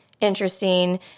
interesting